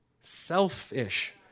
selfish